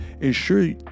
Ensure